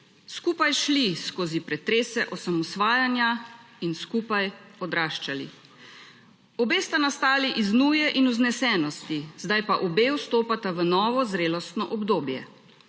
(nadaljevanje) osamosvajanja in skupaj odraščali. Obe sta nastali iz nuje in vznesenosti, zdaj pa obe vstopata v novo zrelostno obdobje,